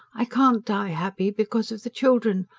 i can't die happy because of the children.